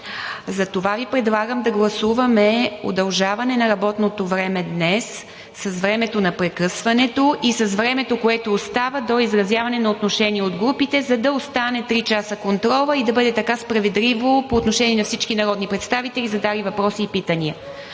Затова Ви предлагам да гласуваме удължаване на работното време днес с времето на прекъсването и с времето, което остава до изразяване на отношение от групите, за да остане три часа контролът и така да бъде справедливо по отношение на всички народни представители, задали въпроси и питания.